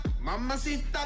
mamacita